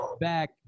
Back